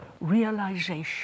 realization